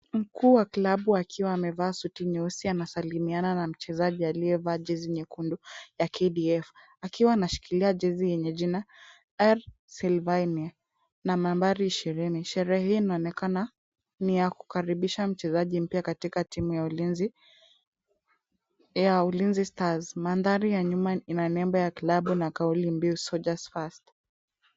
Mkuu wa klabu akiwa amevaa suti nyeusi anasalimiana na mchezaji aliyevaa jezi nyekundu ya KDF akiwa anashikilia jezi yenye jina R. Silvania na nambari ishirini. Sherehe hii inaonekana ni ya kukaribisha mchezaji mpya katika timu ya Ulinzi Stars. Mandhari ya nyuma ina nembo ya klabu na kauli mbiu soldiers first .